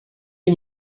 die